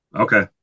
Okay